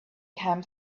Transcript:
camp